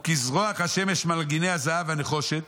וכזרוח השמש על מגני הזהב והנחושת